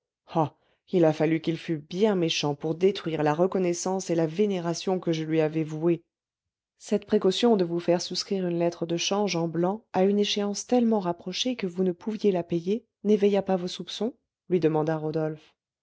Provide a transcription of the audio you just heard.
il a fallu qu'il fût bien méchant pour détruire la reconnaissance et la vénération que je lui avais vouées cette précaution de vous faire souscrire une lettre de change en blanc à une échéance tellement rapprochée que vous ne pouviez la payer n'éveilla pas vos soupçons lui demanda rodolphe